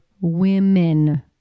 women